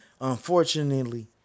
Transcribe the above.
Unfortunately